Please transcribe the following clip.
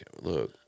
Look